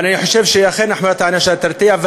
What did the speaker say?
אבל אני חושב שהחמרת הענישה תרתיע.